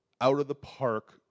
out-of-the-park